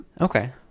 Okay